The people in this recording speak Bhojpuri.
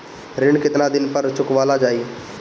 ऋण केतना दिन पर चुकवाल जाइ?